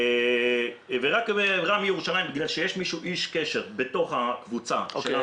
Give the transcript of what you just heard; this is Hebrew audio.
רק ברמ"י ירושלים בגלל שיש איש קשר בתוך הקבוצה --- או.קיי.